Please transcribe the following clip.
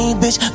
bitch